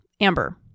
Amber